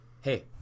hey